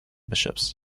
bishops